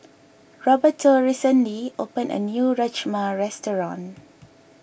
Roberto recently opened a new Rajma restaurant